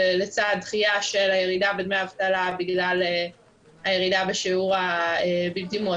לצד דחייה של הירידה בדמי אבטלה בגלל הירידה בשיעור הבלתי-מועסקים,